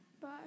Bye